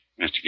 Mr